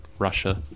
Russia